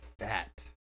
fat